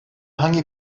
hangi